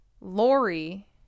Lori